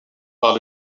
par